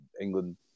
England